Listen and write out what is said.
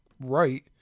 right